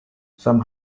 some